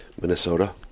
Minnesota